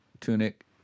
tunic